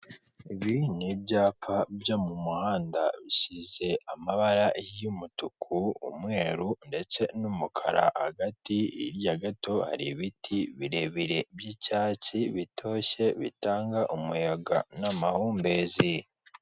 Ibi bi ibyapa byo mu muhanda bisize amabara y'umutuku, umweru ndetse n'umukara hagati hirya gato hari ibiti birebire by'icyatsi bitoshye bitanga umuyaga n'amahumbezi.